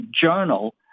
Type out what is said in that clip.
journal